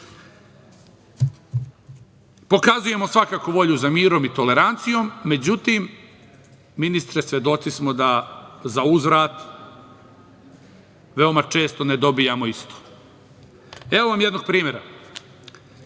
Pokazujemo svakako volju za mirom i tolerancijom. Međutim, ministre, svedoci smo da zauzvrat veoma često ne dobijamo isto. Evo vam jednog primera,